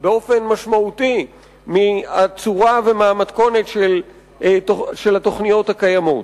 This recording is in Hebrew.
באופן משמעותי מהצורה ומהמתכונת של התוכניות הקיימות.